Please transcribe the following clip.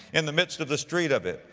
in the midst of the street of it,